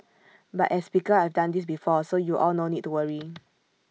but as speaker I've done this before so you all no need to worry